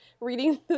reading